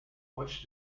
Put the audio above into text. watch